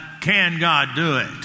can-God-do-it